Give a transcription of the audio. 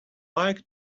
like